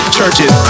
churches